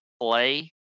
play